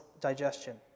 digestion